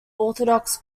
orthodox